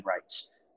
rights